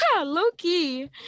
low-key